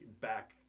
back